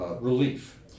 relief